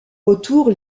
retour